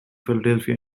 philadelphia